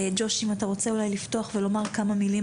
ג'וש אם אתה רוצה אולי לפתוח ולומר כמה מילים